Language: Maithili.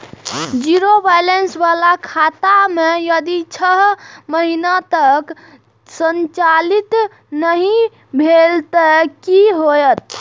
जीरो बैलेंस बाला खाता में यदि छः महीना तक संचालित नहीं भेल ते कि होयत?